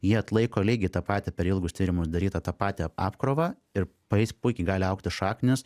jie atlaiko lygiai tą patį per ilgus tyrimus darytą tą patį apkrovą ir po jais puikiai gali augti šaknys